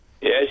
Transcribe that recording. Yes